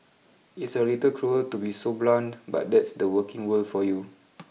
it's a little cruel to be so blunt but that's the working world for you